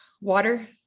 water